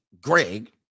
Greg